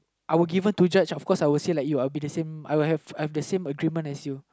I were given to judge of course I would say like you I will be the same I would have I would have the same agreement as you